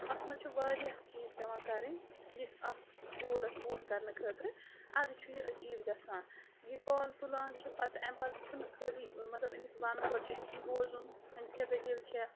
اَتھ منٛز چھُ واریاہ چیٖز پٮ۪وان کَرٕنۍ یُس اَتھ گولَس پوٗرٕ کَرنہٕ خٲطرٕ اَدٕ چھُ یہِ أچیٖو گَژھان یہِ کال تُلان چھِ پَتہٕ اَمہِ پَتہٕ چھُنہٕ خٲلی مطلب أمِس وَنُن گۄڈٕ چھُ أمۍ سُنٛد بوزُن أمِس کیٛاہ دٔلیٖل چھےٚ